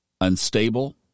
unstable